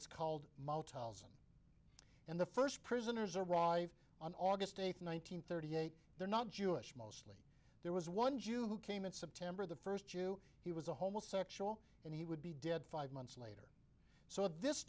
it's called motels and the first prisoners arrived on august eighth one nine hundred thirty eight they're not jewish most there was one jew who came in september the first jew he was a homosexual and he would be dead five months later so this